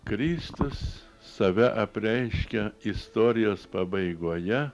kristus save apreiškia istorijos pabaigoje